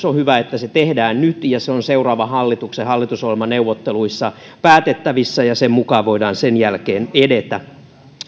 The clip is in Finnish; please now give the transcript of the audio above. on hyvä että tekijänoikeuskorvausten hyvitysmaksuselvitys tehdään nyt ja se on seuraavan hallituksen hallitusohjelmaneuvotteluissa päätettävissä ja sen mukaan voidaan sen jälkeen edetä